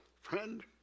friend